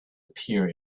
appear